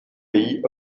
pays